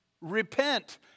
Repent